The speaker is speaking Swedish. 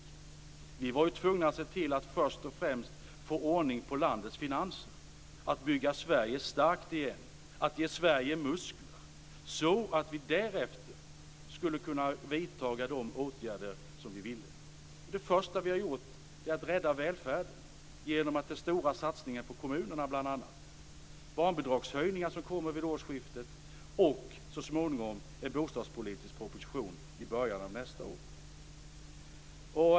Vi var tvungna att först och främst se till att få ordning på landets finanser, att bygga Sverige starkt igen och att ge Sverige muskler så att vi därefter skulle kunna vidta de åtgärder som vi ville. Det första som vi gjorde var att rädda välfärden genom bl.a. den stora satsningen på kommunerna. Barnbidragshöjningar kommer vi årsskiftet, och så småningom en bostadspolitisk proposition i början av nästa år.